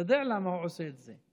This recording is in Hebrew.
אתה יודע למה הוא עושה את זה.